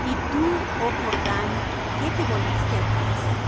y tú oh jordán que te volviste atrás